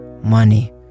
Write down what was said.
money